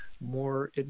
more